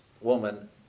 woman